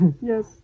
yes